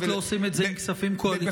לפחות לא עושים את זה עם כספים קואליציוניים,